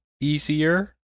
easier